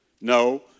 No